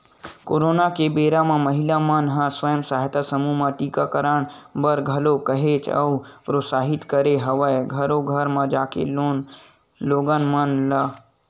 corona के बेरा म महिला मन के स्व सहायता समूह ह टीकाकरन बर घलोक काहेच के प्रोत्साहित करे हवय घरो घर जाके लोगन मन ल